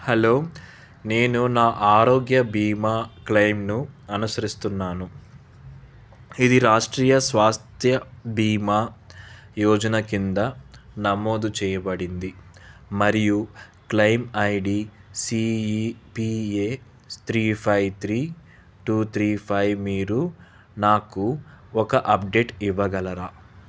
hello నేను నా ఆరోగ్య బీమా క్లెయిమ్ను అనుసరిస్తున్నాను ఇది రాష్ట్రీయ స్వాస్థ్య బీమా యోజన కింద నమోదు చేయబడింది మరియు claim I D C E P A three five three two three five మీరు నాకు ఒక అప్డేట్ ఇవ్వగలరా